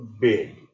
big